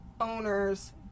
owner's